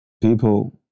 people